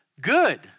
good